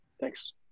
Thanks